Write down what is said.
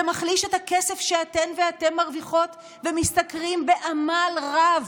זה מחליש את הכסף שאתם ואתן מרוויחות ומשתכרים בעמל רב,